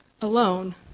alone